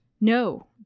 No